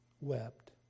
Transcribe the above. wept